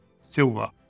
silver